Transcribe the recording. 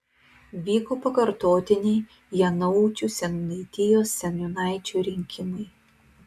vyko pakartotiniai janaučių seniūnaitijos seniūnaičio rinkimai